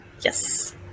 yes